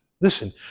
Listen